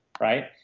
right